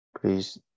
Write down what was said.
please